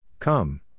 Come